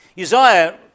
Uzziah